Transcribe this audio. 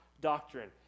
doctrine